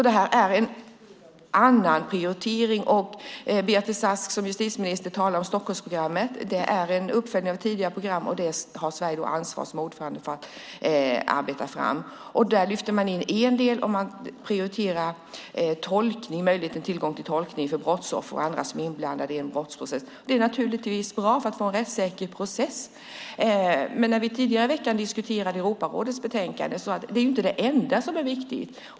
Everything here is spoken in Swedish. Det här är en annan prioritering. Justitieminister Beatrice Ask talar om Stockholmsprogrammet. Det är en uppföljning av ett tidigare program. Som ordförande har Sverige ansvar för att arbeta fram det. Man lyfter fram en del. Man prioriterar möjligheten till tillgång till tolkning för brottsoffer och andra som är inblandade i en brottsprocess. Det är naturligtvis bra för att få en rättssäker process. När vi tidigare i veckan diskuterade Europarådets betänkande sade jag att det inte är det enda som är viktigt.